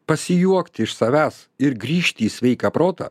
pasijuokti iš savęs ir grįžti į sveiką protą